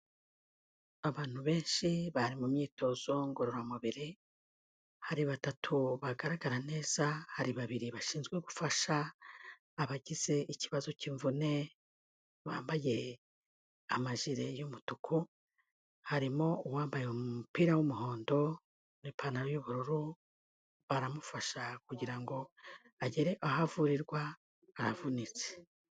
Abantu benshi bari mu myitozo ngororamubiri, hari batatu bagaragara neza, hari babiri bashinzwe gufasha abagize ikibazo cy'imvune bambaye amajire y'umutuku, harimo uwambaye umupira w'umuhondo n'ipantaro y'ubururu baramufasha kugira ngo agere aho avurirwa aravunitse.